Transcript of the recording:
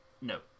No